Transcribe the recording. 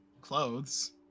clothes